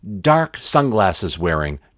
dark-sunglasses-wearing